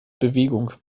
bewegung